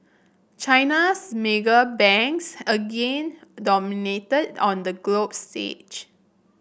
China's mega banks again dominated on the stage